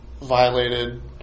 violated